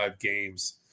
games